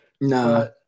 no